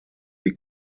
wie